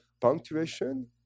punctuation